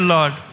Lord